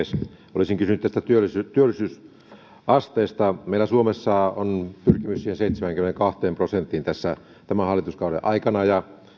olisin kysynyt tästä työllisyysasteesta meillä suomessa on pyrkimys siihen seitsemäänkymmeneenkahteen prosenttiin tämän hallituskauden aikana ja